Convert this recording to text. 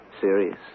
serious